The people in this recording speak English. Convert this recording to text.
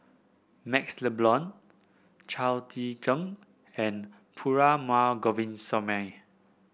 MaxLe Blond Chao Tzee Cheng and Perumal Govindaswamy